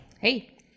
Hey